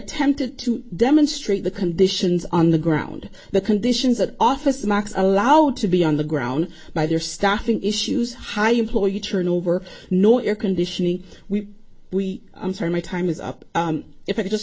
tempted to demonstrate the conditions on the ground the conditions that office max allowed to be on the ground by their staffing issues high employee turnover no air conditioning we we i'm sorry my time is up if i just